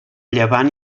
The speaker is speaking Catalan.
llevant